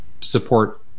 support